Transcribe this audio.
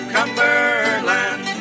Cumberland